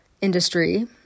industry